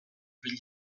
ibili